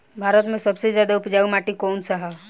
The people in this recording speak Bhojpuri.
भारत मे सबसे ज्यादा उपजाऊ माटी कउन सा ह?